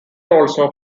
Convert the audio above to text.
also